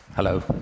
Hello